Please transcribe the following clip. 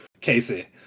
Casey